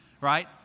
right